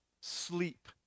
sleep